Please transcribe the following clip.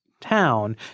town